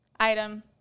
item